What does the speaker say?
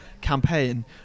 campaign